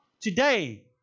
today